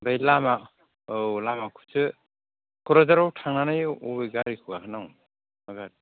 बे लामा औ लामाखौसो क'क्राझाराव थांनानै बबे गारिखौ गाखोनांगौ मा गारि